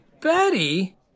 Betty